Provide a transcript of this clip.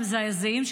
המזעזעים,